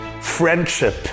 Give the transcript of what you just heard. friendship